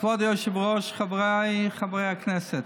כבוד היושב-ראש, חבריי חברי הכנסת,